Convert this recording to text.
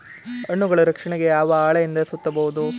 ಹಣ್ಣುಗಳ ರಕ್ಷಣೆಗೆ ಯಾವ ಹಾಳೆಯಿಂದ ಸುತ್ತಬಹುದು?